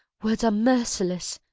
words are merciless.